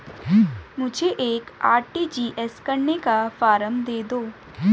मुझे एक आर.टी.जी.एस करने का फारम दे दो?